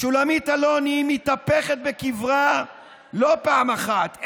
שולמית אלוני מתהפכת בקברה לא פעם אחת,